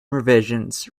revisions